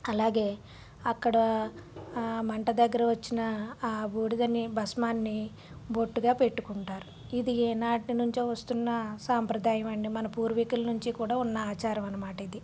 అలాగే అక్కడ ఆ మంట దగ్గర వచ్చిన ఆ బూడిదని బస్మాన్ని బొట్టుగా పెట్టుకుంటారు ఇది ఏనాటి నుంచో వస్తున్న సాంప్రదాయం అండి మన పూర్వీకుల నుంచి కూడా ఉన్న ఆచారం అన్నమాట ఇది